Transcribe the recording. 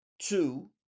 Two